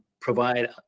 provide